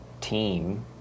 team